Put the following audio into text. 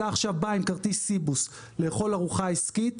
אתה עכשיו בא עם כרטיס סיבוס לאכול ארוחה עסקית,